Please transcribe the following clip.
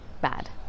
bad